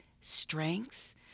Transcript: strengths